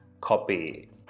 copy